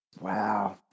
Wow